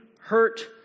hurt